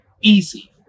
easy